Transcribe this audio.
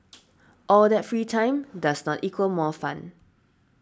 all that free time does not equal more fun